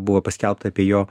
buvo paskelbta apie jo